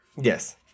Yes